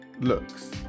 looks